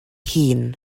hun